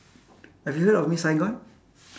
have you heard of miss saigon